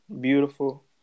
Beautiful